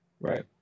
right